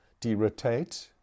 derotate